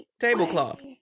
tablecloth